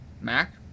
Mac